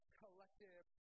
collective